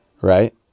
right